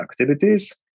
activities